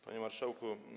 Panie Marszałku!